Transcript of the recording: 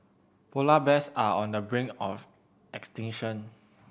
polar bears are on the brink of extinction